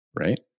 Right